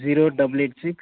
zero double eight six